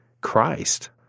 Christ